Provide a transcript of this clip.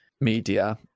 media